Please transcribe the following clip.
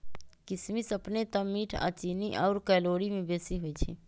किशमिश अपने तऽ मीठ आऽ चीन्नी आउर कैलोरी में बेशी होइ छइ